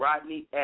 Rodney